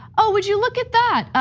ah would you look at that,